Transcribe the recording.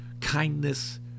kindness